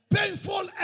Painful